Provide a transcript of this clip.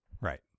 Right